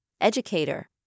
Educator